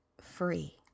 free